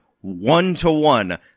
one-to-one